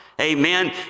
Amen